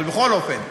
בכל אופן,